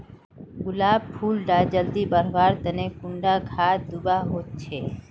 गुलाब फुल डा जल्दी बढ़वा तने कुंडा खाद दूवा होछै?